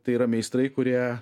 tai yra meistrai kurie